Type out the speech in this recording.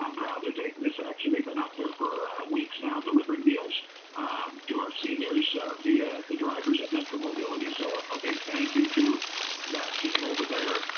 um rather taking this action, they've been out there for weeks now delivering meals to our seniors via the drivers of metro mobility. so a ah big thank you to that team over there.